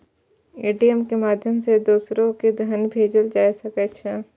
ATM के माध्यम सं दोसरो कें धन भेजल जा सकै छै